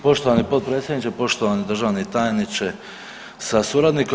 Poštovani potpredsjedniče, poštovani državni tajniče sa suradnikom.